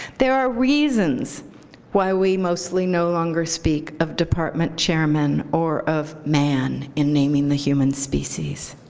there are reasons why we mostly no longer speak of department chairman or of man in naming the human species.